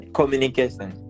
communication